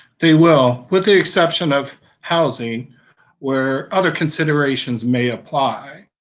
they will, with the exception of housing where other considerations may apply,